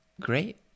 great